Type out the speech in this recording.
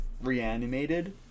reanimated